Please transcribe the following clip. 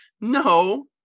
no